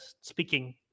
speaking